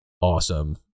awesome